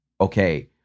Okay